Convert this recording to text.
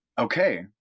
okay